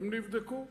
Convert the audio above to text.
הן נבדקו.